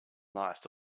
nice